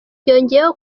yongeyeko